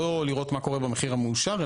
לא לראות מה קורה במחיר המאושר,